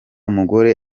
mugore